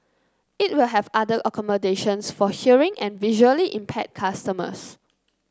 it will have other accommodations for hearing and visually impaired customers